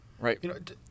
Right